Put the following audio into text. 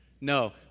No